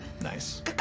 Nice